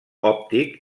òptic